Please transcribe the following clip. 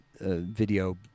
video